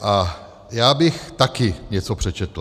A já bych taky něco přečetl.